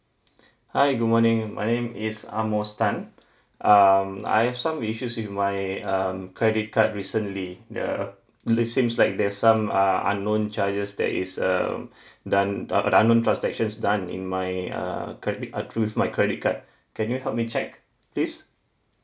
hi good morning my name is amos tan um I have some issues with my um credit card recently uh it seems like there's some uh unknown charges that is uh done uh unknown transactions done in my uh credit uh with my credit card can you help me check please